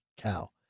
cow